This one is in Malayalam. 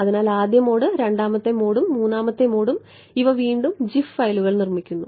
അതിനാൽ ആദ്യ മോഡ് രണ്ടാമത്തെ മോഡും മൂന്നാമത്തെ മോഡും ഇവ വീണ്ടും ജിഫ് ഫയലുകൾ നിർമ്മിക്കുന്നു